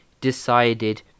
decided